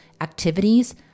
activities